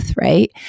right